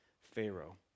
Pharaoh